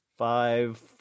five